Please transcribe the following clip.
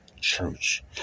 church